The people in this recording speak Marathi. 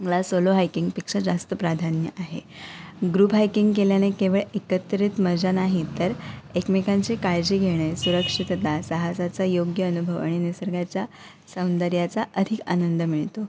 ला सोलो हायकिंगपेक्षा जास्त प्राधान्य आहे ग्रुप हायकिंग केल्याने केवळ एकत्रित मजा नाहीतर एकमेकांची काळजी घेणे सुरक्षितता सहासाचा योग्य अनुभव आणि निसर्गाच्या सौंदर्याचा अधिक आनंद मिळतो